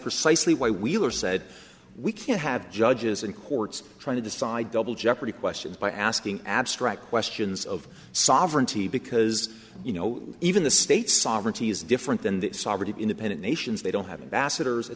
precisely why wheeler said we can't have judges and courts trying to decide double jeopardy questions by asking abstract questions of sovereignty because you know even the state sovereignty is different than the sovereign independent nations they don't have a